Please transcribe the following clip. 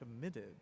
committed